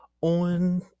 on